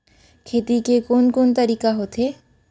खेती के कोन कोन तरीका होथे?